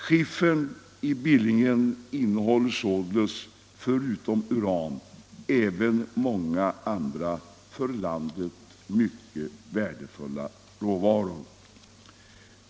Skiffern i Billingen innehåller således förutom uran även många andra för landet mycket värdefulla råvaror.